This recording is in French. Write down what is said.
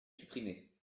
supprimés